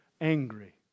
Angry